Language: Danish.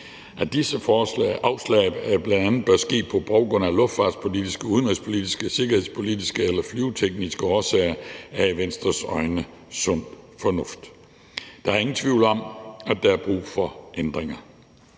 at disse afslag bl.a. bør ske på baggrund af luftfartspolitiske, udenrigspolitiske, sikkerhedspolitiske eller flyvetekniske årsager er i Venstres øjne sund fornuft. Der er ingen tvivl om, at der er brug for ændringer.